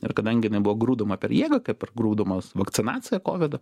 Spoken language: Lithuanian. ir kadangi jinai buvo grūdoma per jėgą kaip ir grūdomas vakcinacija kovido